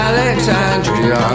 Alexandria